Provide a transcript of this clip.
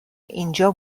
اینجا